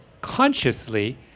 consciously